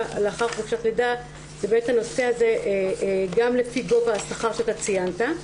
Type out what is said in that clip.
לאחר חופשת לידה זה גם לפי גובה השכר שציינת,